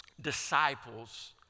disciples